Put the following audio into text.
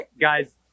guys